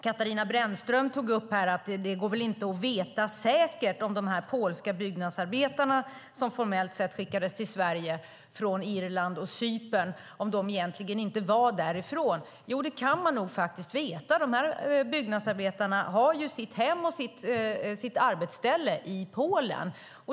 Katarina Brännström säger att det inte går att veta säkert om de här polska byggnadsarbetarna, som formellt skickades till Sverige från Irland och Cypern, egentligen inte var därifrån. Jo, det kan man nog faktiskt veta. De här byggnadsarbetarna har sina hem och arbetsställen i Polen.